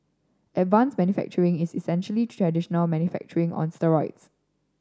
advanced manufacturing is essentially traditional manufacturing on steroids